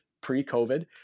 pre-COVID